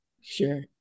Sure